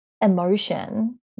emotion